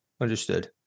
Understood